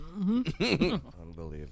Unbelievable